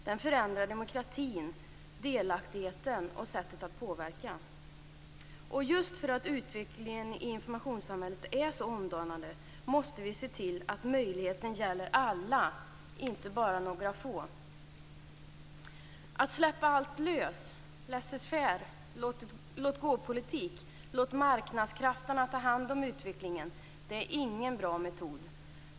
Den förändrar demokratin, delaktigheten i att påverka. Just för att utvecklingen i informationssamhället är så omdanande måste vi se till att möjligheten gäller alla, inte bara några få. Att släppa allt löst, laissez-faire, låtgåpolitik, låt "marknadskrafterna" ta hand om utvecklingen, är ingen bra metod.